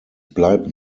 bleibt